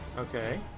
Okay